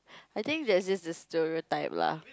I think there's just this stereotype lah